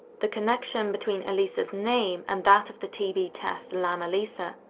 the connection between elisa's name and that of the tb test lam-elisa,